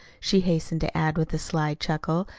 she hastened to add with a sly chuckle,